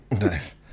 Nice